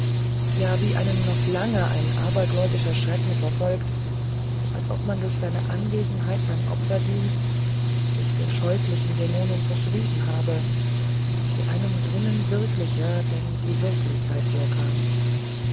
ja wie einen noch lange ein abergläubischer schrecken verfolgt als ob man durch seine anwesenheit beim opferdienst sich der scheußlichen dämonin verschrieben habe die einem drinnen wirklicher denn die wirklichkeit vorkam